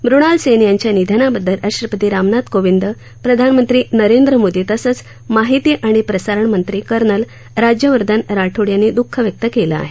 मृणाल सेन यांच्या निधनाबद्दल राष्ट्रपती रामनाथ कोविंद प्रधानमंत्री नरेंद्र मोदी तसंच माहिती आणि प्रसारण मंत्री कर्नल राज्यवर्धन राठोड यांनी दुःख व्यक्त केलं आहे